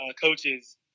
coaches